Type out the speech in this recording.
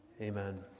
Amen